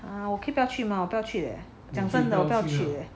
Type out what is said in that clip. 啊我可以不要去吗我不要去 leh 讲真的我不要去 leh